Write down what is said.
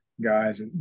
guys